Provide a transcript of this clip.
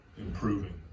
improving